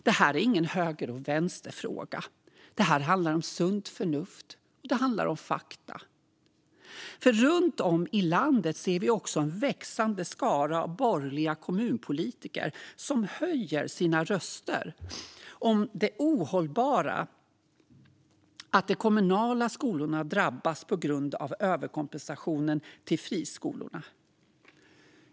Det här är ingen höger eller vänsterfråga, utan det handlar om sunt förnuft och fakta. Runt om i landet ser vi också en växande skara borgerliga kommunpolitiker som höjer sina röster om det ohållbara att de kommunala skolorna drabbas på grund av överkompensationen till friskolorna.